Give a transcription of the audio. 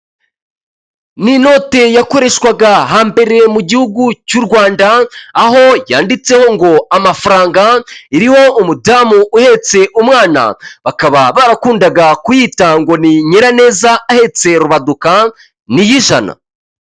Ni inote yakoreshwaga hamberewe mu gihugu cy'u Rwanda aho yanditseho ngo amafaranga iriho umudamu uhetse umwana, bakaba barakundaga kuyita ngo ni Nyiraneza ahetse Rubaduka ni iy'ijana.